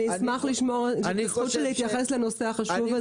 אני אשמח להתייחס לנושא החשוב הזה.